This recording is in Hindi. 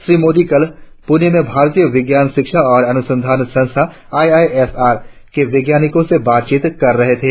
श्री मोदी कल पुणे में भारतीय विज्ञान शिक्षा और अनुसंधान संस्थान आईआईएसआर के वैज्ञानिको से बातचीत कर रहे थे